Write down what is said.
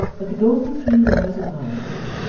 but the golden key lies in our way,